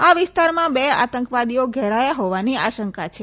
આ વિસ્તારમાં બે આતંકવાદીઓ ઘેરાયા હોવાની આશંકા છે